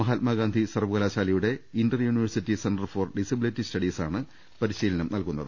മഹാത്മാഗാന്ധി സർവകലാശാലയുടെ Inter university centre for disability studies ആണ് പരിശീലനം നൽകുന്നത്